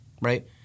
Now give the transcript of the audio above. right